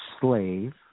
slave